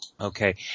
okay